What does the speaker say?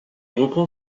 reprend